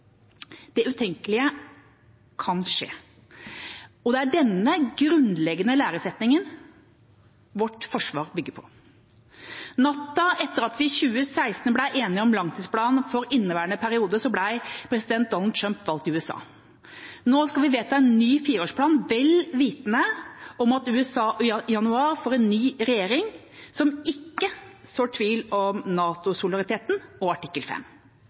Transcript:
Det utenkelige kan skje. Det er denne grunnleggende læresetningen vårt forsvar bygger på. Natta etter at vi i 2016 ble enige om langtidsplanen for inneværende periode, ble president Donald Trump valgt i USA. Nå skal vi vedta en ny fireårsplan, vel vitende om at USA i januar får en ny regjering, som ikke sår tvil om NATO-solidariteten og artikkel